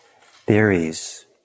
theories